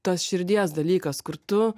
tas širdies dalykas kur tu